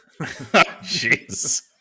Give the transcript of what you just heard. Jeez